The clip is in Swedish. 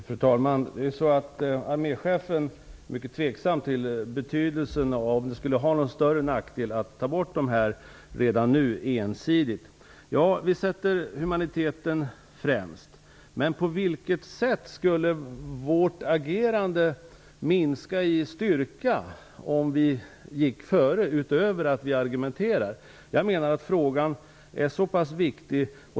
Fru talman! Arméchefen är mycket tveksam till betydelsen av om den skulle innebära någon större nackdel att redan nu ensidigt ta bort dessa minor. Vi sätter humaniteten främst. Men på vilket sätt skulle vårt agerande minska i styrka om vi gick före? Frågan är viktig.